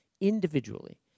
individually